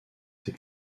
ses